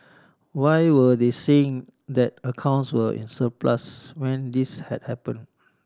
why were they saying that accounts were in surplus when this had happen